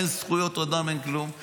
אין זכויות אדם, אין כלום.